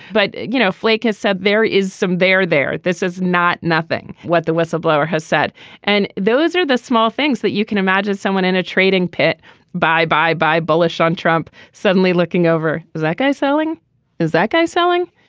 but you know flake has said there is some there there. this is not nothing. what the whistleblower has said and those are the small things that you can imagine someone in a trading pit bye bye bye bullish on trump suddenly looking over that guy selling is that guy selling